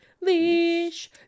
Leash